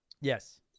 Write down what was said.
Yes